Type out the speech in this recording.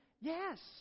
yes